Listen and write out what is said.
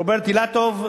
רוברט אילטוב.